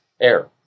air